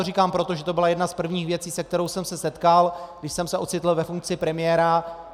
Říkám to proto, že to byla jedna z prvních věcí, se kterou jsem se setkal, když jsem se ocitl ve funkci premiéra.